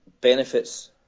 benefits